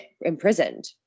imprisoned